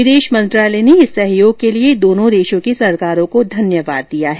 विदेश मंत्रालय ने इस सहयोग के लिए दोनों देशों की सरकारों को धन्यवाद दिया है